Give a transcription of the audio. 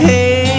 Hey